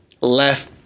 left